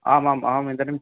आमाम् अहमिदानीम्